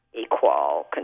equal